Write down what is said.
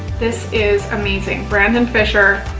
this is amazing. brandan fisher,